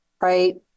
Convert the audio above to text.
right